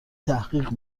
تحقیق